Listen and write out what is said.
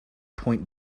point